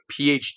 PhD